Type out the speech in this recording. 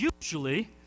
Usually